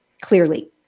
clearly